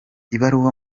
ibaruwa